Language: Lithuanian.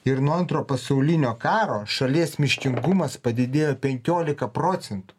ir nuo antrojo pasaulinio karo šalies miškingumas padidėjo penkiolika procentų